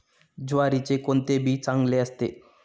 ज्वारीचे कोणते बी चांगले असते?